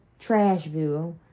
trashville